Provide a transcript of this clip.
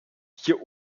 hier